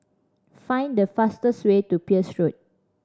find the fastest way to Peirce Road